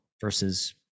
versus